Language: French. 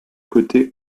côté